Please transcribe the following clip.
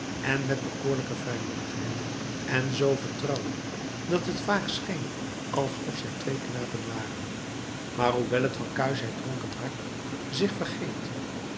en met bekoorlijke vrijmoedigheid en zoo vertrouwelijk dat het vaak scheen alsof zij twee knapen waren maar hoewel het van kuischheid dronken hart zich vergeet